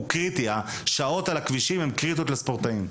השעות על הכבישים קריטיות לספורטאים.